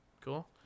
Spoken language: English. Cool